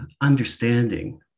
understanding